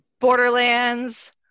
Borderlands